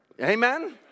Amen